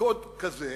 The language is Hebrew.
קוד כזה